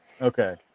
Okay